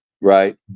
right